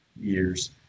years